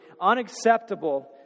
unacceptable